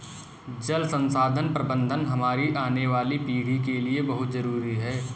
जल संसाधन प्रबंधन हमारी आने वाली पीढ़ी के लिए बहुत जरूरी है